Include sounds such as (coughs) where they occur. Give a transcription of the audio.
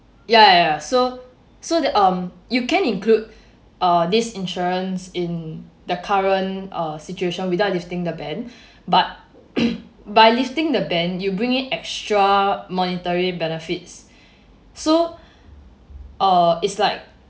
ya ya ya so so that um you can include (breath) uh this insurance in the current uh situation without lifting the ban (breath) but (coughs) by lifting the ban you bring in extra monetary benefits (breath) so uh it's like